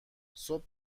صبح